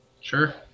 Sure